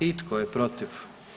I tko je protiv?